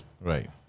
Right